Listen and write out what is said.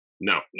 No